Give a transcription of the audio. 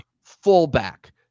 fullback